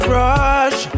rush